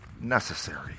necessary